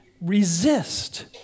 resist